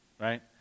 right